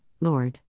Lord